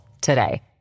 today